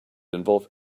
involve